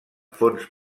fonts